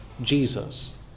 Jesus